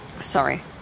Sorry